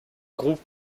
groupes